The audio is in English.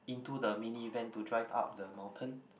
into the mini van to drive up the mountain